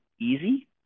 easy